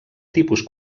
tipus